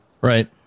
Right